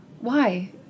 Why